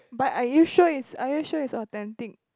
but are you sure it's are you sure it's authentic